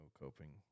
coping